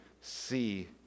see